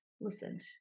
listened